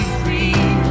free